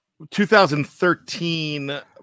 2013